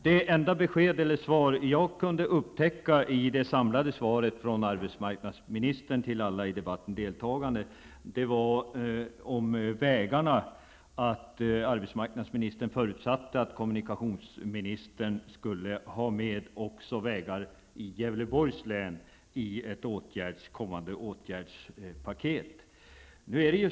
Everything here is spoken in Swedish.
Det enda besked som jag kunde upptäcka i arbetsmarknadsministerns samlade svar till alla i debatten deltagande var att arbetsmarknadsministern förutsatte att kommunikationsministern skulle ha med vägar också i Gävleborgs län i ett kommande åtgärdspaket.